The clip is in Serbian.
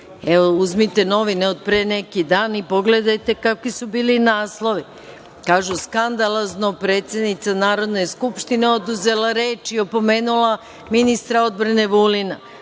Evo, uzmite novine od pre neki dan i pogledajte kakvi su bili naslovi. Kažu – skandalozno, predsednica Narodne skupštine oduzela reč i opomenula ministra odbrane Vulina.